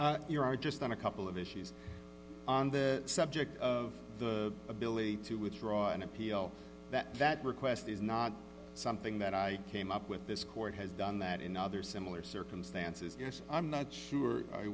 you just on a couple of issues on the subject of the ability to withdraw an appeal that that request is not something that i came up with this court has done that in other similar circumstances yes i'm not sure i